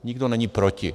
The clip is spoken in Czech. Nikdo není proti.